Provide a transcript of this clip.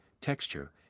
texture